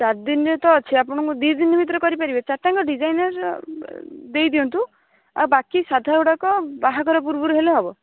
ଚାରଦିନରେ ତ ଅଛି ଆପଣଙ୍କ ଦୁଇ ଦିନ ଭିତରେ କରିପାରିବେ ଚାରିଟାଯାକ ଡିଜାଇନର ଦେଇଦିଅନ୍ତୁ ଆଉ ବାକି ସାଧା ଗୁଡ଼ାକ ବାହାଘର ପୂର୍ବରୁ ହେଲେ ହେବ